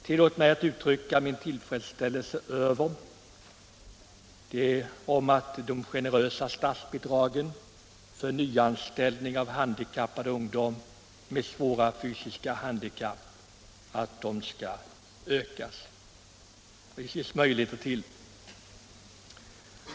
Tillåt mig att uttrycka min tillfredsställelse över att de generösa statsbidragen för nyanställning av ungdomar med svåra fysiska handikapp skall öka.